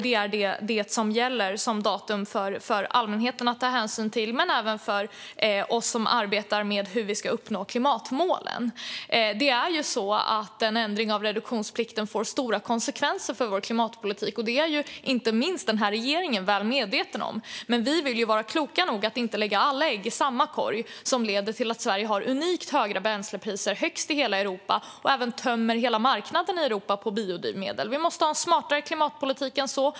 Det är det datum som gäller för allmänheten att ta hänsyn till men även för oss som arbetar med hur vi ska uppnå klimatmålen. En ändring av reduktionsplikten får stora konsekvenser för vår klimatpolitik, och det är inte minst den här regeringen väl medveten om. Men vi vill vara kloka nog att inte lägga alla ägg i samma korg på det sätt som lett till att Sverige har unikt höga bränslepriser, högst i hela Europa, och även tömmer hela marknaden i Europa på biodrivmedel. Vi måste ha en smartare klimatpolitik än så.